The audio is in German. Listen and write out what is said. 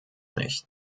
nicht